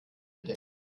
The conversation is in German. denkt